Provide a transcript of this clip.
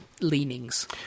leanings